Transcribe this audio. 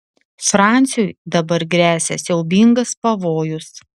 fransiui dabar gresia siaubingas pavojus